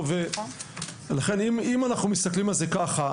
אם אנחנו מסתכלים על זה כך,